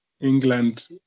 england